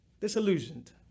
Disillusioned